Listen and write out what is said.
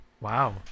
Wow